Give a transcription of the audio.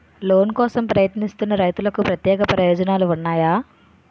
Loan కోసం ప్రయత్నిస్తున్న రైతులకు ప్రత్యేక ప్రయోజనాలు ఉన్నాయా?